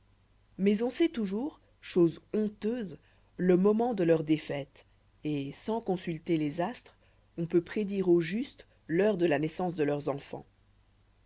mais on sait toujours chose honteuse le moment de leur défaite et sans consulter les astres on peut prédire au juste l'heure de la naissance de leurs enfants